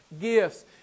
gifts